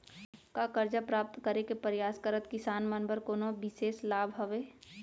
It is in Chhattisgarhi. का करजा प्राप्त करे के परयास करत किसान मन बर कोनो बिशेष लाभ हवे?